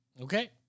Okay